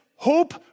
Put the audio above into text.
Hope